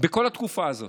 בכל התקופה הזאת.